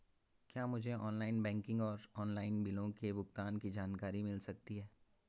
क्या मुझे online banking और ऑनलाइन बिलों के भुगतान की जानकारी मिल सकता है?